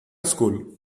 school